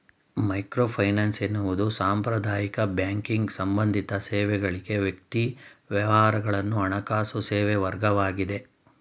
microfinance ಎನ್ನುವುದು ಸಾಂಪ್ರದಾಯಿಕ banking ಸಂಬಂಧಿತ ಸೇವೆಗಳ್ಗೆ ವ್ಯಕ್ತಿ ವ್ಯವಹಾರಗಳನ್ನ ಹಣಕಾಸು ಸೇವೆವರ್ಗವಾಗಿದೆ